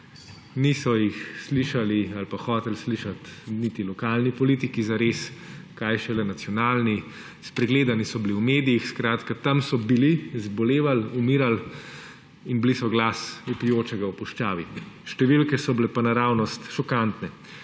Niso jih slišali ali pa hoteli slišati niti lokalni politiki zares, kaj šele nacionalni, spregledani so bili v medijih; skratka tam so bili, zbolevali, umirali in bili so glas vpijočega v puščavi. Številke pa so bile pa naravnost šokantne.